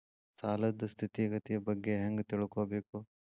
ಸಾಲದ್ ಸ್ಥಿತಿಗತಿ ಬಗ್ಗೆ ಹೆಂಗ್ ತಿಳ್ಕೊಬೇಕು?